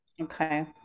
Okay